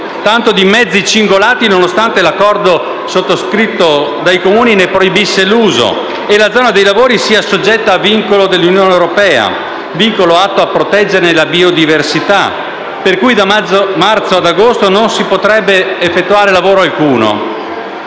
tanto di mezzi cingolati, nonostante l'accordo sottoscritto dai Comuni ne proibisse l'uso e la zona dei lavori sia soggetta a vincolo dell'Unione europea, atto a proteggerne la biodiversità, per cui da marzo ad agosto non si potrebbe effettuare lavoro alcuno.